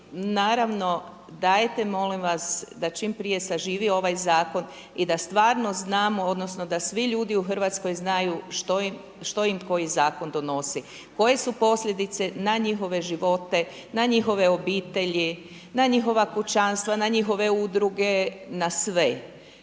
naravno, dajte molim vas, da čim prije saživi ovaj zakon i da stvarno znamo, odnosno da svi ljudi u Hrvatskoj znaju što im koji zakon donosi, koje su posljedice na njihove živote, na njihove obitelji, na njihova kućanstva, na njihove udruge, na sve.